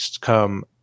come